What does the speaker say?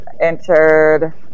entered